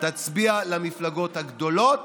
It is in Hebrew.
תצביע למפלגות הגדולות